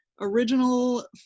original